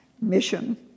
mission